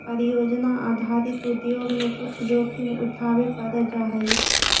परियोजना आधारित उद्योग में कुछ जोखिम उठावे पड़ जा हई